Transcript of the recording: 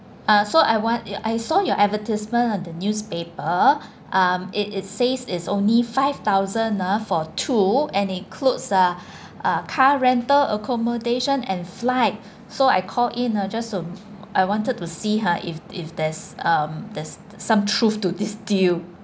uh so I want ya I saw your advertisement on the newspaper um it it says is only five thousand ah for two and includes a uh car rental accommodation and flight so I call in ah just to I wanted to see ha if if there's um there's some truth to this deal